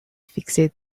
fixate